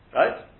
right